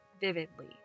vividly